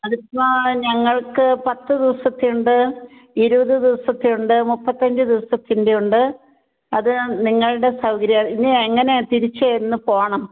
അതിപ്പോൾ ഞങ്ങൾക്ക് പത്ത് ദിവസത്തെയുണ്ട് ഇരുപത് ദിവസത്തെയുണ്ട് മുപ്പത്തഞ്ച് ദിവസത്തിൻ്റെ ഉണ്ട് അത് നിങ്ങളുടെ സൗകര്യം ഇനി എങ്ങനെ തിരിച്ച് എന്ന് പോകണം